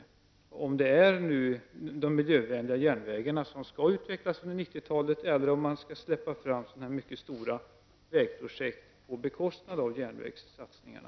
Frågan är om det är de miljövänliga järnvägarna som skall utvecklas under 90-talet eller om man skall släppa fram denna typ av mcyket stora vägprojekt på bekostnad av järnvägssatsningarna.